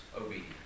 obedience